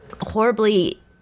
horribly